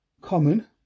common